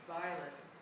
violence